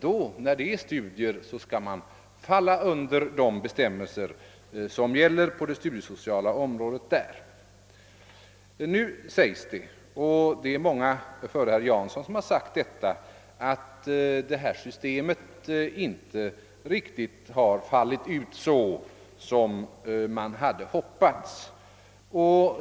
som alltså ingår i studierna — skall falla under de bestämmelser som gäller på det studiesociala området. Nu säger herr Jansson — och många före honom har sagt detsamma — att detta system inte fallit ut riktigt som man hade hoppats.